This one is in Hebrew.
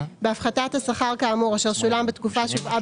בהפחתת השכר כאמור אשר שולם בתקופה שהובאה